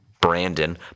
Brandon